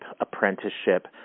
apprenticeship